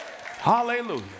hallelujah